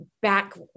back